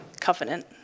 covenant